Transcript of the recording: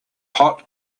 hot